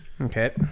Okay